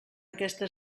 aquesta